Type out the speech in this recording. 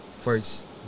first